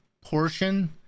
portion